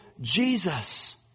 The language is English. Jesus